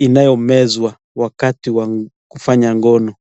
inayomezwa wakati wa kufanya ngono.